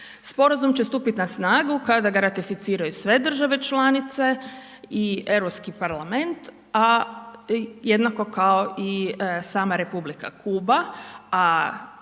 Sporazum će stupiti na snagu kada ga ratificiraju sve države članice i Europski parlament a jednako kao i sama Republika Kuba